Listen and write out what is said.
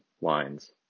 lines